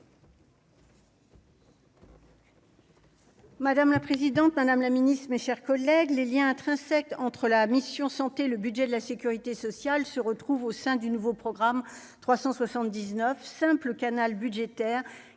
Madame la présidente, Madame la Ministre, mes chers collègues, les lien intrinsèque entre la mission Santé le budget de la Sécurité sociale se retrouvent au sein du nouveau programme 379 simple canal budgétaire